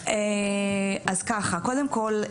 קודם כל,